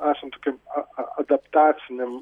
esam tokiam a adaptaciniam